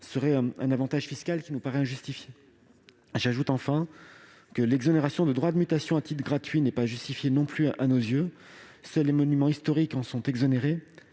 serait un avantage fiscal injustifié. Enfin, l'exonération de droits de mutation à titre gratuit (DMTG) n'est pas justifiée non plus à mes yeux. Seuls les monuments historiques en sont exonérés,